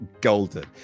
golden